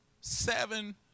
seven